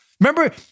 Remember